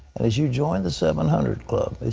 as you join the seven hundred club,